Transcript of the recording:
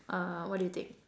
uh what do you think